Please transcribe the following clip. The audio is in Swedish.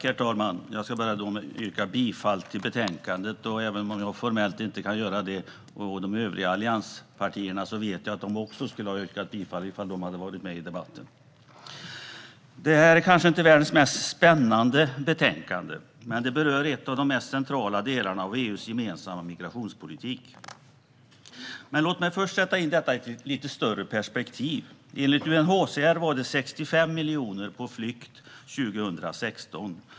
Herr talman! Jag ska börja med att yrka bifall till utskottets förslag. Även om jag formellt inte kan göra det å de övriga allianspartiernas vägnar vet jag att de också skulle ha yrkat bifall till förslaget om de hade deltagit i debatten. Detta är kanske inte världens mest spännande betänkande, men det berör en av de mest centrala delarna av EU:s gemensamma migrationspolitik. Låt mig först sätta in detta i ett lite större perspektiv. Enligt UNHCR var 65 miljoner människor på flykt 2016.